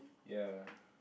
ya